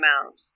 amount